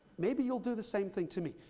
maybe you'll do the same thing to me.